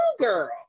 girl